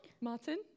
Martin